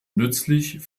nützlich